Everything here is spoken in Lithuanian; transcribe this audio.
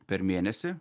per mėnesį